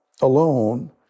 alone